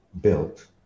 built